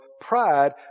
pride